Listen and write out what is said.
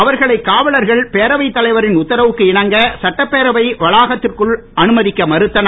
அவர்களை காவலர்கள் பேரவைத் தலைவரின் உத்தரவுக்கு இணங்க சட்டப்பேரவை வளாகத்திற்க்குள் அனுமதிக்க மறுத்தனர்